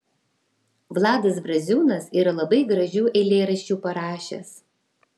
vladas braziūnas yra labai gražių eilėraščių parašęs